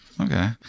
Okay